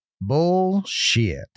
Bullshit